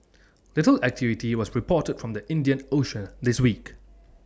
little activity was reported from the Indian ocean this week